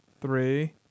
three